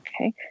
okay